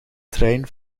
trein